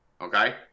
okay